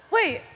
Wait